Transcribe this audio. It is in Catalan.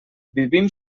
vivim